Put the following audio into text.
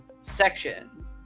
section